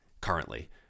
currently